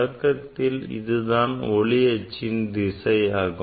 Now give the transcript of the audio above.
தொடக்கத்தில் இதுதான் ஒளி அச்சின் திசையாகும்